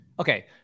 Okay